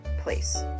place